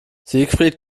siegfried